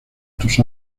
tus